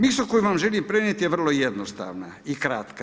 Misao koju vam želim prenijeti je vrlo jednostavna i kratka.